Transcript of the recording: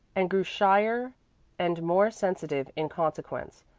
and grew shyer and more sensitive in consequence,